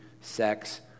sex